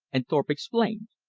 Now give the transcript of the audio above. and thorpe explained.